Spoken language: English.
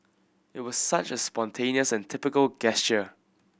it was such a spontaneous and typical gesture